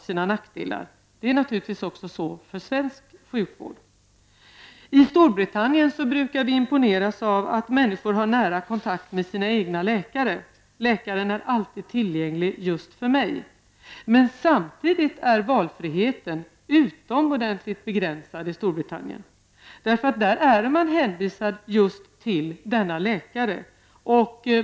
Så är det naturligtvis också för svensk sjukvård. Vi brukar imponeras av att människor i Storbritannien har nära kontakt med sina egna läkare. Läkaren är alltid tillgänglig just för mig. Samtidigt är valfriheten utomordentligt begränsad i Storbritannien. Där är man hänvisad just till denna läkare.